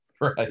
right